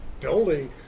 building